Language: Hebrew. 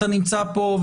אתה נמצא פה,